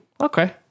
Okay